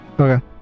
okay